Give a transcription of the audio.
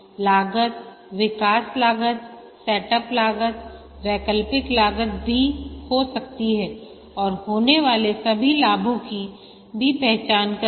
लागत विकास लागत सेटअप लागत वैकल्पिक लागत भी हो सकती है और होने वालेसभी लाभों की भी पहचान करेंगे